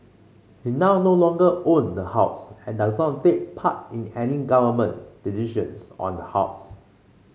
he now no longer own the house and does not take part in any government decisions on the house